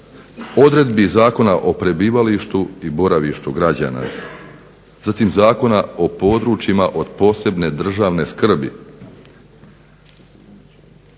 odredbi Zakona o prebivalištu i boravištu građana, zatim Zakona o područjima od posebne državne skrbi.